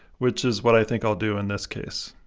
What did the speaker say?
which is what i think i'll do in this case.